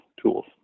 tools